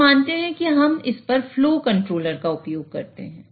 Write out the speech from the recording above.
हम मानते हैं कि हम इस पर फ्लो कंट्रोलर का उपयोग करते हैं